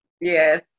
Yes